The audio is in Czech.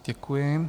Děkuji.